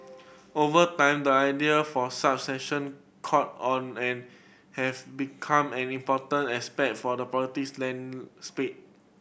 over time the idea for such session caught on and have become an important aspect for the politics land spade